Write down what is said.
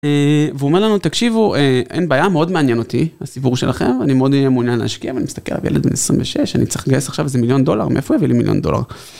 והוא אומר לנו, תקשיבו, אין בעיה, מאוד מעניין אותי הסיפור שלכם, אני מאוד מעוניין להשקיע, ואני מסתכל על ילד מ-26, אני צריך לגייס עכשיו איזה מיליון דולר, מאיפה יביא לי מיליון דולר?